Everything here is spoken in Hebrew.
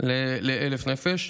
ל-1,000 נפש.